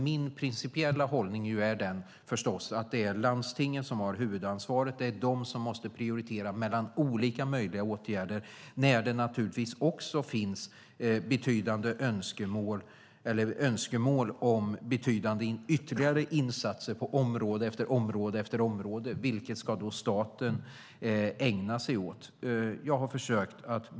Min principiella hållning är förstås den att det är landstingen som har huvudansvaret och som måste prioritera mellan olika möjliga åtgärder när det också finns önskemål om betydande ytterligare insatser på område efter område. Vilket ska då staten ägna sig åt?